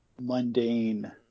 mundane